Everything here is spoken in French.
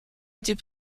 était